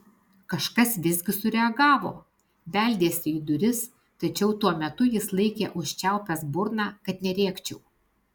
kažkas visgi sureagavo beldėsi į duris tačiau tuo metu jis laikė užčiaupęs burną kad nerėkčiau